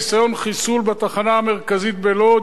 ניסיון חיסול בתחנה המרכזית בלוד,